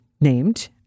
named